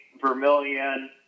Vermilion